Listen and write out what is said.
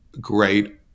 great